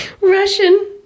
Russian